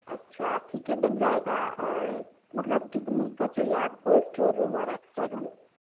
اچھا ٹھیک ہے بن جائے گا اور مطلب کتنے کا چاہیے آپ کو اسٹور روم اور ایکسٹرا روم